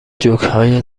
جوکهای